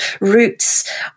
roots